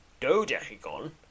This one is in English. Dodecagon